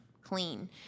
clean